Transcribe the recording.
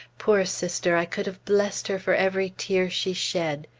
poor sister! i could have blessed her for every tear she shed.